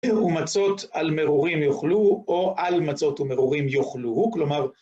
ומצות על מרורים יאכלו, או על מצות ומרורים יאכלו, כלומר...